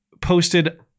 posted